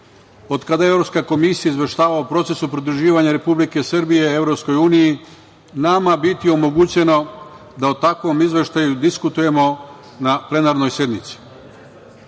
od kada je Evropska komisija izveštavala o procesu pridruživanja Republike Srbije Evropskoj uniji, nama biti omogućeno da o takvom izveštaju diskutujemo na plenarnoj sednici. Pred